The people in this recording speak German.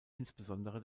insbesondere